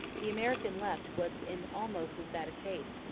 the american left was in almost as bad a case,